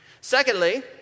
Secondly